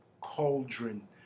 cauldron